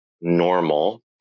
normal